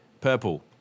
Purple